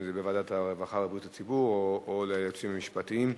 או בוועדת הרווחה ובריאות הציבור או ליועצים המשפטיים.